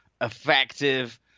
effective